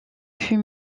fut